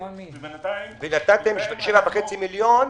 ובינתיים --- ונתתם 7.5 מיליון,